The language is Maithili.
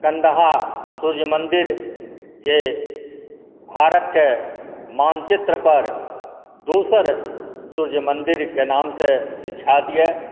कन्दाहा सूर्य मन्दिर जे भारतके मानचित्रपर दोसर सूर्य मन्दिरके नामसँ विख्यात अइ